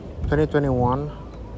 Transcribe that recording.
2021